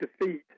defeat